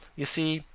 you see,